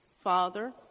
Father